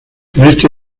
este